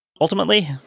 Ultimately